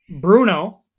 Bruno